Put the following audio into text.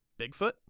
Bigfoot